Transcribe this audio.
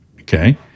okay